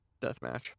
deathmatch